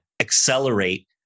accelerate